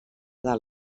del